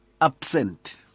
absent